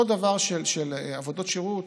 אותו דבר בעבודות שירות,